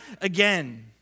again